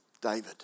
David